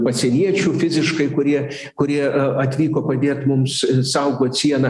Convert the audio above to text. pasieniečių fiziškai kurie kurie atvyko padėt mums saugot sieną